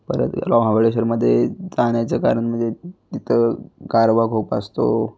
परत महाबळेश्वरमध्ये जाण्याचं कारण म्हणजे तिथंं गारवा खूूप असतो